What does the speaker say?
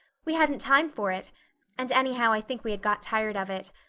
we hadn't time for it and anyhow i think we had got tired of it.